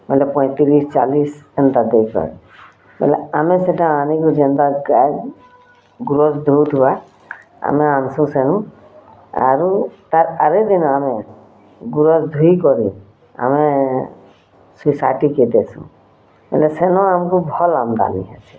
ହେନ୍ତା ପଇଁତିରିଶ୍ ଚାଲିଶ୍ ହେନ୍ତା ଦେଇକରି ବଏଲେ ଆମେ ସେଟା ଆନିକରି ଯେନ୍ତା ଗାଏ ଗୁରସ୍ ଦଉଥିବା ଆମେ ଆନ୍ସୁଁ ସେନୁ ଆରୁ ତାର୍ ଆରେ ଦିନେ ଆମେ ଗୁରସ୍ ଦୁଇଁ କରି ଆମେ ସେ ହେଲେ ସେନ ଆମ୍କୁ ଭଲ୍ ଆମ୍ଦାନୀ ହେସି